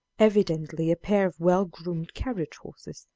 evidently a pair of well-groomed carriage horses,